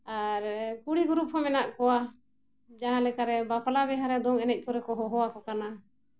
ᱟᱨ ᱠᱩᱲᱤ ᱜᱩᱨᱩᱯ ᱦᱚᱸ ᱢᱮᱱᱟᱜ ᱠᱚᱣᱟ ᱡᱟᱦᱟᱸ ᱞᱮᱠᱟᱨᱮ ᱵᱟᱯᱞᱟ ᱵᱤᱦᱟᱹᱨᱮ ᱫᱚᱝ ᱮᱱᱮᱡ ᱠᱚᱨᱮ ᱠᱚ ᱦᱚᱦᱚᱣ ᱟᱠᱚ ᱠᱟᱱᱟ